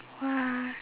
!wah!